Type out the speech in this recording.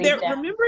Remember